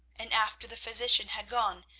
and, after the physician had gone,